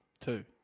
two